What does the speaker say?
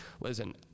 listen